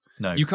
No